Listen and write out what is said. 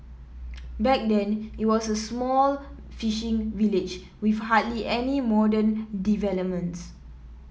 back then it was an small fishing village with hardly any modern developments